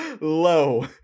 low